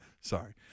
Sorry